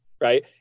right